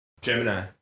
Gemini